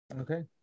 Okay